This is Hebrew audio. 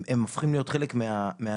הם הופכים להיות חלק מהנוף